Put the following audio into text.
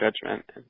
judgment